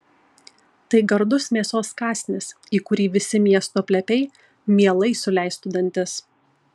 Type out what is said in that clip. tai gardus mėsos kąsnis į kurį visi miesto plepiai mielai suleistų dantis